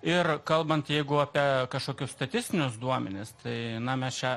ir kalbant jeigu apie kažkokius statistinius duomenis tai na mes čia